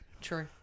True